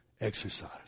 exercise